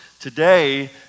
today